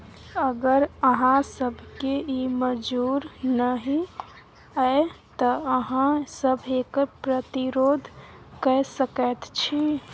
अगर अहाँ सभकेँ ई मजूर नहि यै तँ अहाँ सभ एकर प्रतिरोध कए सकैत छी